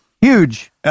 huge